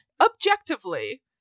Objectively